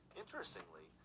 Interestingly